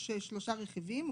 יש שלושה רכיבים,